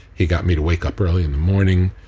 he got me to wake up early in the morning.